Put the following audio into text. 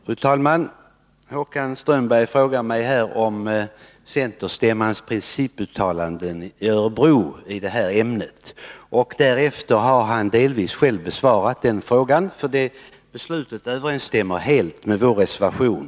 Fru talman! Håkan Strömberg ställde en fråga till mig om principuttalandet i detta ämne av centerstämman i Örebro. Därefter besvarade han själv delvis den frågan. Stämmobeslutet överensstämmer nämligen helt med vår reservation.